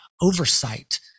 oversight